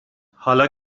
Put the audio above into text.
حالا